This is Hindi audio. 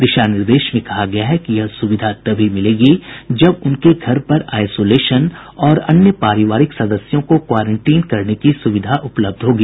दिशा निर्देश में कहा गया है कि यह सुविधा तभी मिलेगी जब उनके घर पर आईसोलेशन और अन्य पारिवारिक सदस्यों को क्वारेंटीन करने की सुविधा उपलब्ध होगी